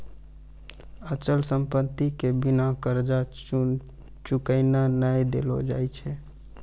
अचल संपत्ति के बिना कर्जा चुकैने नै देलो जाय छै